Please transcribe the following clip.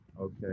okay